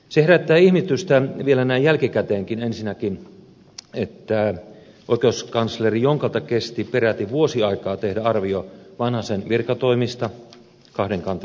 se herättää ihmetystä vielä näin jälkikäteen että ensinnäkin oikeuskansleri jonkalta kesti peräti vuosi aikaa tehdä arvio vanhasen virkatoimista kahden kantelun johdosta